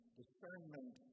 discernment